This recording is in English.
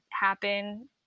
happen